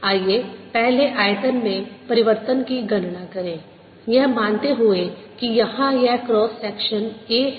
आइए पहले आयतन में परिवर्तन की गणना करें यह मानते हुए कि यहाँ यह क्रॉस सेक्शन A है